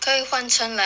可以换成 like